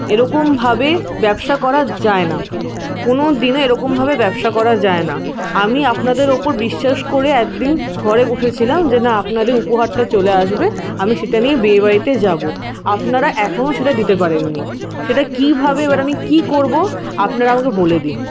এরকমভাবে ব্যবসা করা যায় না কোনোদিনও এরকমভাবে ব্যবসা করা যায় না আমি আপনাদের ওপর বিশ্বাস করে এদ্দিন ঘরে বসেছিলাম যে না আপনাদের উপহারটা চলে আসবে আমি সেটা নিয়ে বিয়েবাড়িতে যাব আপনারা এখনও সেটা দিতে পারেন নি সেটা কীভাবে এবার আমি কী করব আপনারা আমাকে বলে দিন